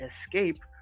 escape